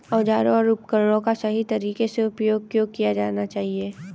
औजारों और उपकरणों का सही तरीके से उपयोग क्यों किया जाना चाहिए?